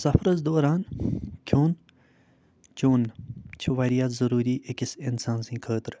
سفرَس دوران کھیوٚن چیوٚن چھِ واریاہ ضٔروٗری أکِس اِنسان سٕنٛدۍ خٲطرٕ